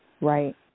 Right